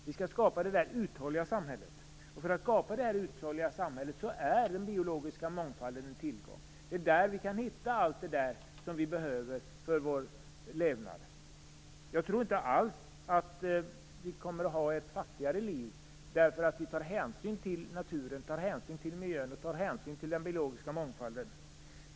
Vi skall skapa ett uthålligt samhälle, och då är den biologiska mångfalden en tillgång. Det är i den vi kan hitta allt vi behöver för vår levnad. Jag tror inte alls att vi kommer att få ett fattigare liv därför att vi tar hänsyn till naturen, till miljön och till den biologiska mångfalden.